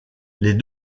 les